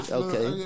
okay